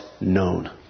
known